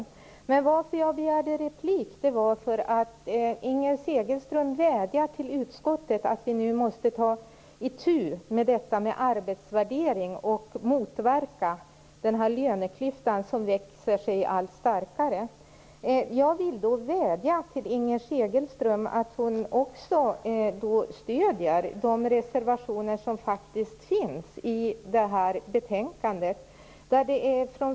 Anledningen till att jag begärde replik var att Inger Segelström vädjade till utskottet att nu ta itu med arbetsvärderingsfrågan och motverka den löneklyfta som växer sig allt större. Jag vill vädja till Inger Segelström att stödja de reservationer som faktiskt finns vid betänkandet.